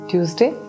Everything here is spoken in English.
Tuesday